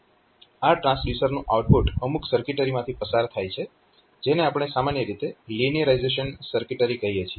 આ ટ્રાન્સડ્યુસરનું આઉટપુટ અમુક સર્કિટરીમાંથી પસાર થાય છે જેને આપણે સામાન્ય રીતે લિનિયરાઇઝેશન સર્કિટરી કહીએ છીએ